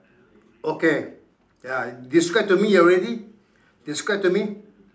okay ya describe to me already describe to me